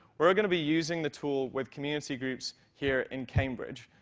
we're going to be using the tool with community groups here in cambridge,